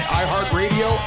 iHeartRadio